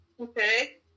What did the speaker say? Okay